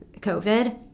covid